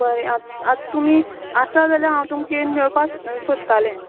बरें आता आतां तुमीं आसा जाल्यार हांव तुमका येन मेळपा सोदतालें